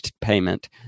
payment